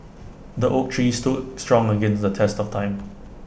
the oak tree stood strong against the test of time